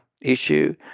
issue